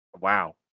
Wow